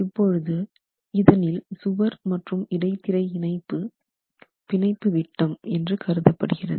இப்பொழுது இதனில் சுவர் மற்றும் இடைத்திரை இணைப்பு பிணைப்பு நாண்விட்டம் என்று கருதப்படுகிறது